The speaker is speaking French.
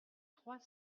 trois